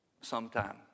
sometime